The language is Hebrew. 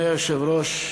אדוני היושב-ראש,